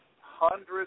hundreds